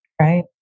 right